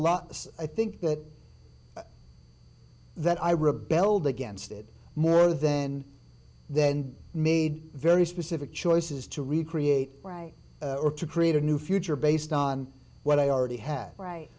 lot i think that that i rebelled against it more then then made very specific choices to recreate right or to create a new future based on what i already had